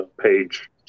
Page